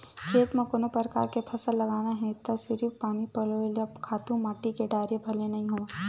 खेत म कोनो परकार के फसल लगाना हे त सिरिफ पानी पलोय ले, खातू माटी के डारे भर ले नइ होवय